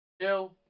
two